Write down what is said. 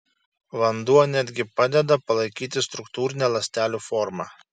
vanduo net gi padeda palaikyti struktūrinę ląstelių formą